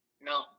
No